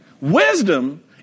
Wisdom